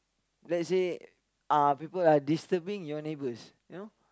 let's say uh people are disturbing your neighbours you know